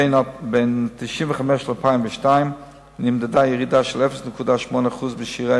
בין 1995 ל-2002 נמדדה ירידה של 0.8% בשיעורי